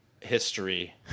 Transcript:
history